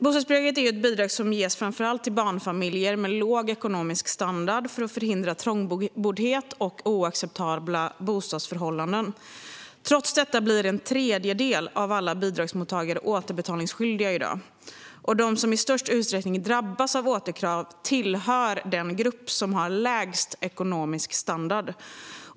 Bostadsbidrag ges främst till barnfamiljer med låg ekonomisk standard för att förhindra trångboddhet och oacceptabla bostadsförhållanden. Trots det blir i dag en tredjedel av alla bidragsmottagare återbetalningsskyldiga, och de som i störst utsträckning drabbas av återkrav tillhör den grupp som har lägst ekonomisk standard.